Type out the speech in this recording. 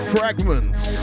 Fragments